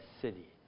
city